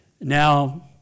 Now